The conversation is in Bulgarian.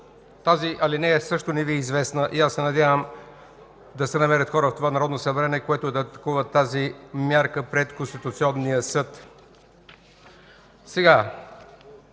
Тази алинея също не Ви е известна и аз се надявам да се намерят хора в това Народно събрание, които да атакуват тази мярка пред Конституционния съд.